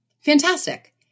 Fantastic